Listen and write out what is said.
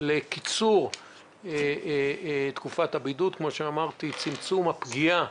לקיצור תקופת הבידוד, וכמו שאמרתי, צמצום הפגיעה